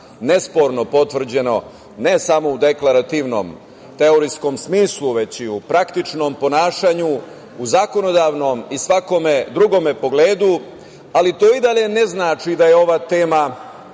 nesporno potvrđeno, ne samo u deklarativnom, teorijskom smislu, već i u praktičnom ponašanju, u zakonodavnom i svakome drugome pogledu, ali to i dalje ne znači da je ova tema